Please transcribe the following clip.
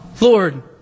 Lord